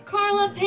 Carla